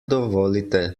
dovolite